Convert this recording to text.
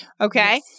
Okay